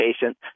patient